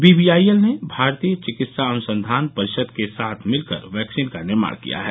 we B I L ने भारतीय चिकित्सा अनुसंधान परिषद के साथ मिलकर वैक्सीन का निर्माण किया है